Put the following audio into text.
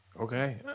okay